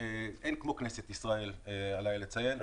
אין כמו כנסת ישראל, עליי לציין.